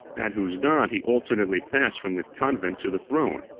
at whose nod he alternately passed from the convent to the throne,